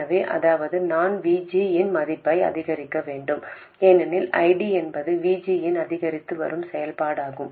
எனவே அதாவது நான் VG இன் மதிப்பை அதிகரிக்க வேண்டும் ஏனெனில் ID என்பது VG இன் அதிகரித்து வரும் செயல்பாடாகும்